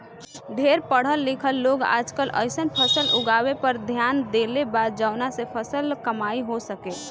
ढेर पढ़ल लिखल लोग आजकल अइसन फसल उगावे पर ध्यान देले बा जवना से कमाई हो सके